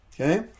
Okay